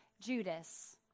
Judas